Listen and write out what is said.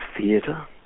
theatre